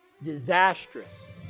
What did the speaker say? disastrous